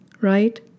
right